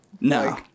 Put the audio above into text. no